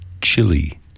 chili